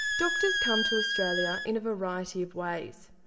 doctors come to australia in a variety of ways.